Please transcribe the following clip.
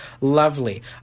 lovely